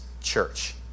church